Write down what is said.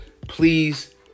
Please